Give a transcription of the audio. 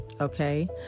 okay